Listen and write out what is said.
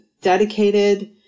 dedicated